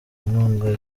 nkunga